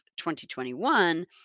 2021